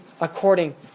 according